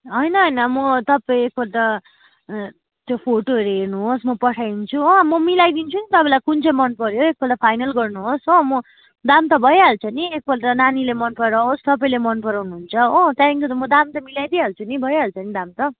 होइन होइन म तपाईँको त त्यो फोटोहरू हेर्नुहोस् म पठाइदिन्छु हो म मिलाइदिन्छु नि तपाईँलाई कुन चाहिँ मनपर्यो एकपल्ट फाइनल गर्नुहोस् हो म दाम त भइहाल्छ नि एकपल्ट नानीले मन पराओस् तपाईँ मन पराउनुहुन्छ हो त्यहाँदेखिको त म दाम चाहिँ मिलाइदिई हाल्छु नि भइहाल्छ नि दाम त